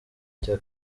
cya